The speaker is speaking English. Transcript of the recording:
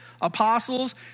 apostles